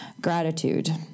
gratitude